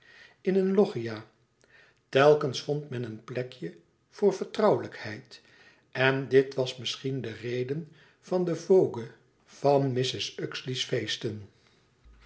in een loggia telkens vond men een plekje voor vertrouwelijkheid en dit was misschien de reden van de vogue van mrs uxeley's feesten